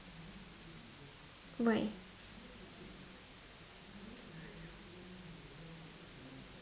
why